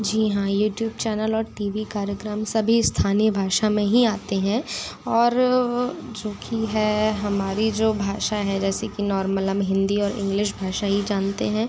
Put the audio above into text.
जी हाँ YouTube channel और TV कार्यक्रम सभी स्थानीय भाषा में ही आते हैं और जो कि है हमारी जो भाषा है जैसे कि नॉर्मल हम हिंदी और इंग्लिश भाषा ही जानते हैं